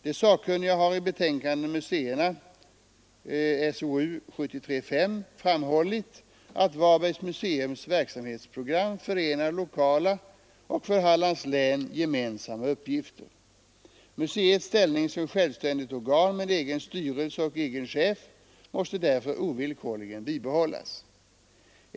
De sakkunniga har i betänkandet Museerna framhållit: ”Varbergs museums verksamhetsprogram förenar lokala och för Hallands län gemensamma uppgifter. ——— Museets ställning som självständigt organ med egen styrelse och egen chef måste därför ovillkorligen bibehållas.